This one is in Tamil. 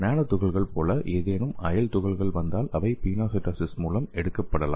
நானோ துகள்கள் போல ஏதேனும் அயல் துகள்கள் வந்தால் அவை பினோசைட்டோசிஸ் மூலம் எடுக்கப்படலாம்